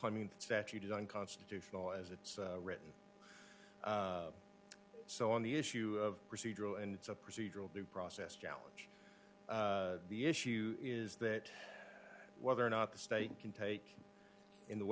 coming statute is unconstitutional as it's written so on the issue of procedural and it's a procedural due process challenge the issue is that whether or not the state can take in the